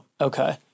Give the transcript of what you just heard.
Okay